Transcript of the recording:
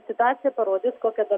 situacija parodys kokia dar